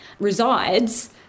resides